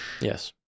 Yes